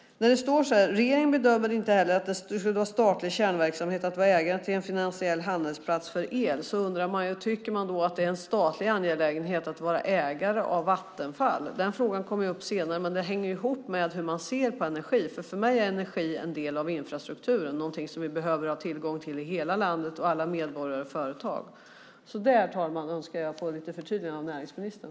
I svaret står det så här: Regeringen bedömer inte heller att det skulle vara en statlig kärnverksamhet att vara ägare till en finansiell handelsplats för el. Då undrar jag: Tycker man att det är en statlig angelägenhet att vara ägare av Vattenfall? Den frågan kommer upp senare, men den hänger ihop med hur man ser på energi. För mig är energi en del av infrastrukturen, någonting som vi behöver ha tillgång till i hela landet, alla medborgare och företag. Herr talman! Jag önskar få lite förtydliganden om detta av näringsministern.